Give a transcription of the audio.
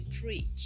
preach